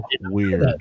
Weird